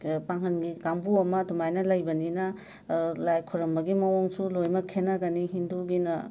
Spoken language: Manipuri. ꯄꯥꯡꯒꯟꯒꯤ ꯀꯥꯡꯕꯨ ꯑꯃ ꯑꯗꯨꯃꯥꯏꯅ ꯂꯩꯕꯅꯤꯅ ꯂꯥꯏ ꯈꯣꯏꯔꯝꯕꯒꯤ ꯃꯑꯣꯡꯁꯨ ꯂꯣꯏꯅꯃꯛ ꯈꯦꯠꯅꯒꯅꯤ ꯍꯤꯟꯗꯨꯒꯤꯅ